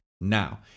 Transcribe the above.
now